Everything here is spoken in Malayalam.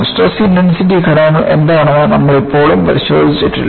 സ്ട്രെസ് ഇന്റെൻസിറ്റി ഘടകങ്ങൾ എന്താണെന്ന് നമ്മൾ ഇപ്പോഴും പരിശോധിച്ചിട്ടില്ല